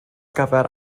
gyfer